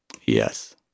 Yes